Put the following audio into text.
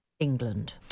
England